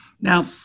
Now